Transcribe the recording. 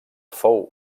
fou